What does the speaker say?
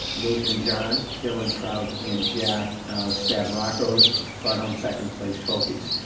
nathan john, dylan trout and jack stabraccos brought home second place trophies.